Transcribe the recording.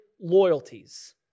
loyalties